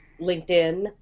LinkedIn